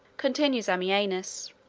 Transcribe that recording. continues ammianus,